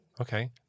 Okay